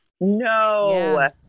No